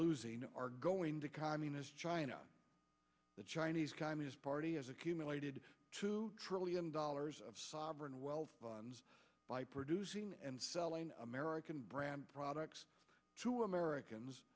losing are going to communist china the chinese communist party has accumulated two trillion dollars of sovereign wealth funds by producing and selling american brand products to americans